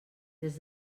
des